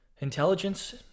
intelligence